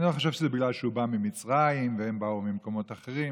אני לא חושב שזה בגלל שהוא בא ממצרים והם באו ממקומות אחרים,